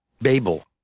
Babel